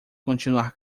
continuar